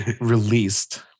released